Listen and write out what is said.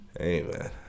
Amen